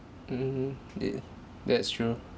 mmhmm yeah that's true